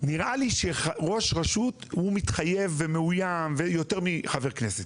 שראש רשות מתחייב ומאוים יותר מחבר כנסת.